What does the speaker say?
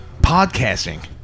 Podcasting